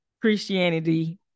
Christianity